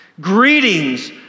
Greetings